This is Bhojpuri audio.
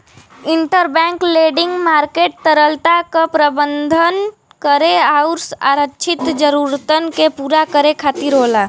इंटरबैंक लेंडिंग मार्केट तरलता क प्रबंधन करे आउर आरक्षित जरूरतन के पूरा करे खातिर होला